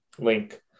link